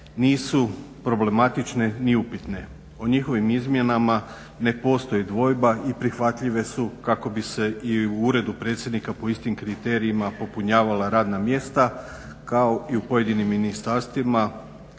nisu problematične ni upitne. O njihovim izmjenama ne postoji dvojba i prihvatljive su kako bi se i u Uredu predsjednika po istim kriterijima popunjavala radna mjesta kao i u pojedinim ministarstvima